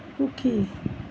সুখী